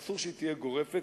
אסור שהיא תהיה גורפת,